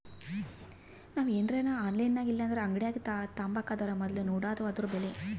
ನಾವು ಏನರ ಆನ್ಲೈನಿನಾಗಇಲ್ಲಂದ್ರ ಅಂಗಡ್ಯಾಗ ತಾಬಕಂದರ ಮೊದ್ಲು ನೋಡಾದು ಅದುರ ಬೆಲೆ